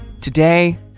Today